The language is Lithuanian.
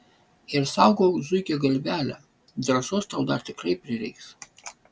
ir saugok zuikio galvelę drąsos tau dar tikrai prireiks